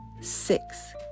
Six